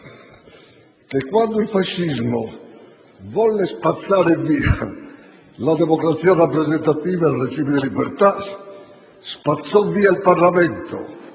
Ché quando il fascismo volle spazzare via la democrazia rappresentativa e il regime di libertà spazzò via il Parlamento